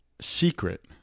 secret